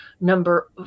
Number